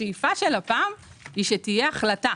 השאיפה של לפ"ם היא שתהיה החלטה